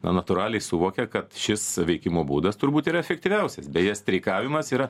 na natūraliai suvokė kad šis veikimo būdas turbūt yra efektyviausias beje streikavimas yra